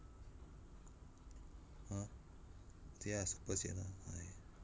!huh! ya super sian ah